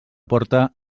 porta